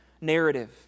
narrative